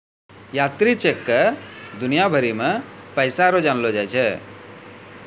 यात्री चेक क दुनिया भरी मे पैसा रो जानलो जाय छै